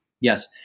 Yes